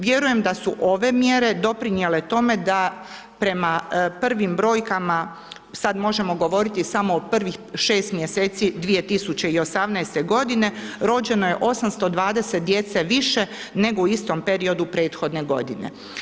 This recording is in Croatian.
Vjerujem da su ove mjere doprinjele tome da prema prvim brojkama, sad možemo govoriti samo o prvih 6 mjeseci 2018.g., rođeno je 820 djece više, nego u istom periodu prethodne godine.